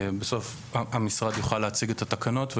בסוף המשרד יוכל להציג את התקנות,